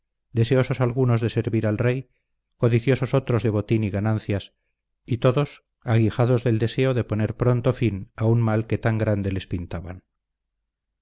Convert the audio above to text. deseosos algunos de servir al rey codiciosos otros de botín y ganancias y todos aguijados del deseo de poner pronto fin a un mal que tan grande les pintaban